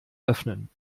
öffnen